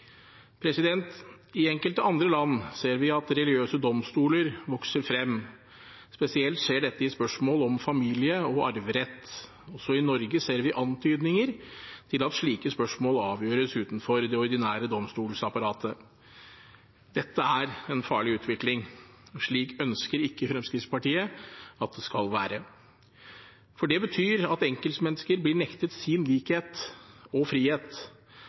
I enkelte andre land ser vi at religiøse domstoler vokser frem. Spesielt skjer dette i spørsmål om familie- og arverett. Også i Norge ser vi antydninger til at slike spørsmål avgjøres utenfor det ordinære domstolsapparatet. Dette er en farlig utvikling, og slik ønsker ikke Fremskrittspartiet at det skal være, for det betyr at enkeltmennesker blir nektet sin likhet og frihet.